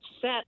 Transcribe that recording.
set